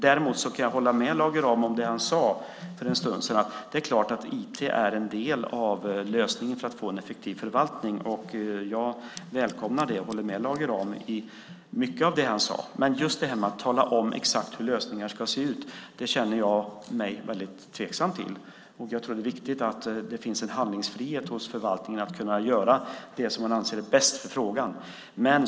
Däremot kan jag hålla med Lage Rahm om det han sade för en stund sedan. Det är klart att IT är en del av lösningen för att få en effektiv förvaltning. Jag välkomnar det och håller med Lage Rahm i mycket av det han sade. Men att just tala om exakt hur lösningar ska se ut känner jag mig väldigt tveksam till. Jag tror att det är viktigt att det finns en handlingsfrihet hos förvaltningen att kunna göra det som man anser är bäst för frågan.